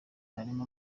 harimo